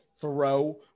throw